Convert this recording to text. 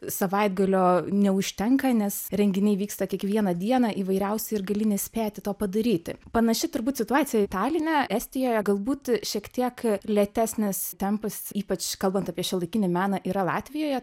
savaitgalio neužtenka nes renginiai vyksta kiekvieną dieną įvairiausi ir gali nespėti to padaryti panaši turbūt situacija taline estijoje galbūt šiek tiek lėtesnis tempas ypač kalbant apie šiuolaikinį meną yra latvijoje